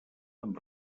amb